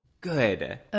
good